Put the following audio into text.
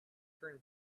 turn